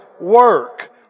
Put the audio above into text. work